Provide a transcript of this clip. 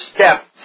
step